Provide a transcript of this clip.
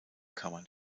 kammern